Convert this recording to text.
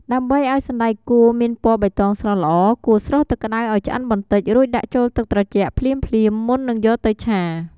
ដើម្បីឱ្យសណ្ដែកគួរមានពណ៌បៃតងស្រស់ល្អ គួរស្រុះទឹកក្ដៅឱ្យឆ្អិនបន្តិច រួចដាក់ចូលទឹកត្រជាក់ភ្លាមៗ មុននឹងយកទៅឆា។